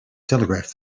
telegraph